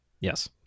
Yes